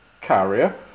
carrier